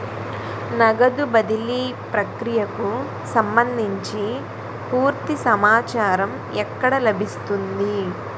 నగదు బదిలీ ప్రక్రియకు సంభందించి పూర్తి సమాచారం ఎక్కడ లభిస్తుంది?